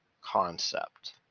concept